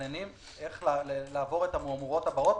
ומתכננים איך לעבור את המהמורות הבאות.